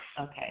Okay